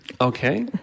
Okay